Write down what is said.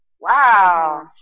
wow